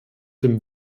dem